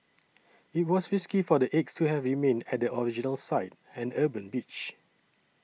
it was risky for the eggs to have remained at the original site an urban beach